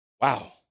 Wow